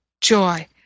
joy